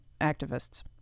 activists